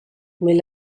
mais